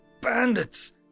bandits